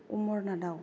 अमरनाथावा